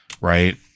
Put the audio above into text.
Right